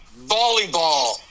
Volleyball